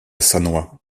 sannois